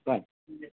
बसि